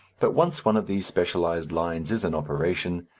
but once one of these specialized lines is in operation,